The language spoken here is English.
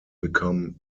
become